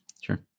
Sure